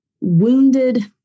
wounded